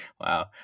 Wow